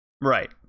Right